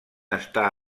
està